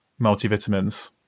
multivitamins